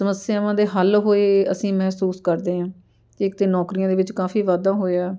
ਸਮੱਸਿਆਵਾਂ ਦੇ ਹੱਲ ਹੋਏ ਅਸੀਂ ਮਹਿਸੂਸ ਕਰਦੇ ਹਾਂ ਤਾਂ ਇੱਕ ਤਾਂ ਨੌਕਰੀਆਂ ਦੇ ਵਿੱਚ ਕਾਫੀ ਵਾਧਾ ਹੋਇਆ